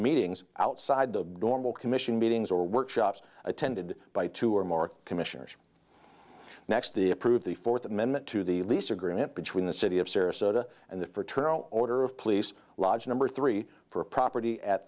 meetings outside the normal commission meetings or workshops attended by two or more commissioners next the approved the fourth amendment to the lease agreement between the city of sarasota and the fraternal order of police lodge number three for a property at